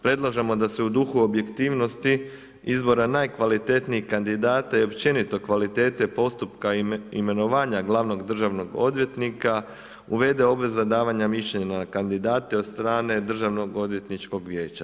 Predlažemo da se u duhu objektivnosti izbora najkvalitetnijih kandidata i općenito kvalitete postupka imenovanja glavnog državnog odvjetnika uvede obveza davanja mišljenja kandidata od strane Državnoodvjetničkog vijeća.